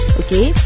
okay